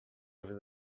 over